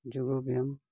ᱡᱳᱜ ᱵᱮᱭᱟᱢ